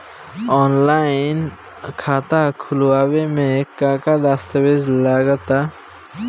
Online खाता खूलावे म का का दस्तावेज लगा ता?